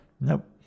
Nope